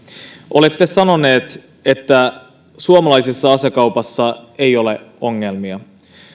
olette sanonut että suomalaisessa asekaupassa ei ole ongelmia